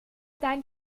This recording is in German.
deinen